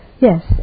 Yes